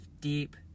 deep